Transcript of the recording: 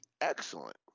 excellent